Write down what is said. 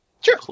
Sure